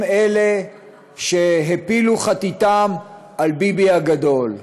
הם שהפילו חתתם על ביבי הגדול.